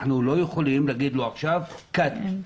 אנחנו לא יכולים להגיד לו עכשיו: cut,